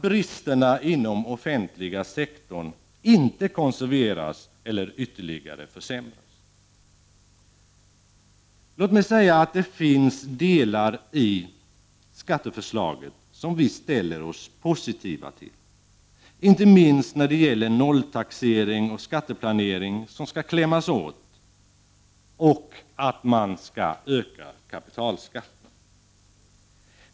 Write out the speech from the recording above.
Bristerna inom offentliga sektorn får inte konserveras, och ytterligare försämringar får inte göras. Låt mig säga att det finns delar i skatteförslaget som vi ställer oss positiva till. Inte minst gäller det att nolltaxering och skatteplanering skall klämmas åt och att man skall öka kapitalskatten.